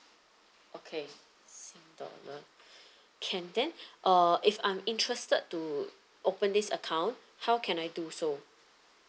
okay sing dollar can then uh if I'm interested to open this account how can I do so